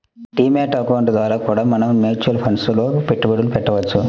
D mat account ద్వారా కూడా మనం మ్యూచువల్ ఫండ్స్ లో పెట్టుబడులు పెట్టవచ్చు